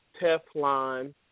Teflon